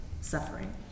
suffering